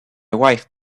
wife